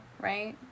Right